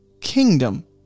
kingdom